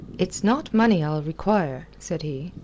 it's not money i'll require, said he,